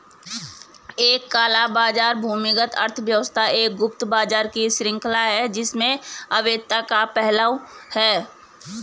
एक काला बाजार भूमिगत अर्थव्यवस्था एक गुप्त बाजार की श्रृंखला है जिसमें अवैधता का पहलू है